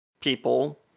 people